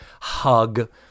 hug